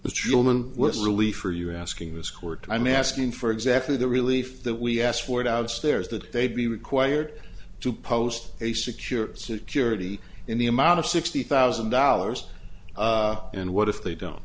the children with relief are you asking this court i'm asking for exactly the relief that we ask for it out there is that they be required to post a secure security in the amount of sixty thousand dollars and what if they don't